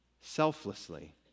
selflessly